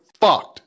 fucked